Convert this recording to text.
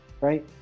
right